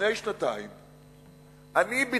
לפני שנתיים אני,